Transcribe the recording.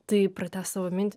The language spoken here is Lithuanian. tai pratęsk savo mintį